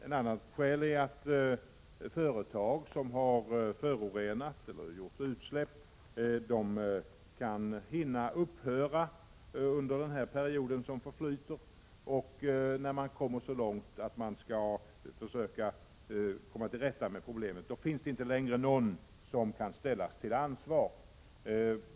Ett ytterligare skäl är att företag som har förorenat eller gjort utsläpp kan hinna upphöra under den förflutna perioden. När man kommer så långt att man skall försöka komma till rätta med problemet, finns det inte längre någon som kan ställas till ansvar.